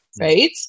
right